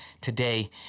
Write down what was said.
today